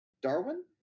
Darwin